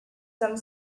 some